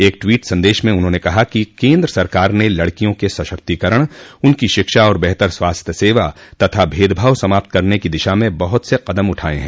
एक ट्वीट संदेश में उन्होंने कहा कि केंद्र सरकार ने लडकियों के सशक्तिकरण उनकी शिक्षा और बेहतर स्वास्थ्य सेवा तथा भेदभाव समाप्त करने की दिशा में बहुत से कदम उठाए हैं